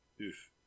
Oof